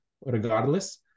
regardless